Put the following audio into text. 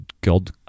god